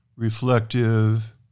reflective